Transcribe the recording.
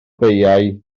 beiau